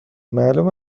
معلوم